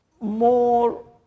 more